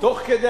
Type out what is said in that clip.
תוך כדי